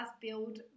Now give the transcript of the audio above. build